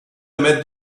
met